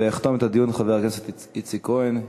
ויחתום את הדיון חבר הכנסת איציק כהן,